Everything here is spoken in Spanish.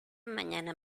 mañana